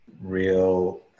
real